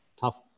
tough